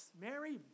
Mary